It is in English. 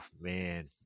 man